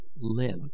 live